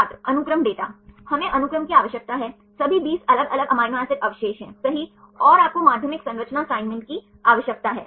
छात्र अनुक्रम डेटा हमें अनुक्रम की आवश्यकता है सभी 20 अलग अलग अमीनो एसिड अवशेष हैं सही और आपको माध्यमिक संरचना असाइनमेंट की आवश्यकता है